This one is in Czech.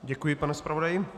Děkuji, pane zpravodaji.